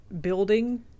building